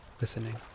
listening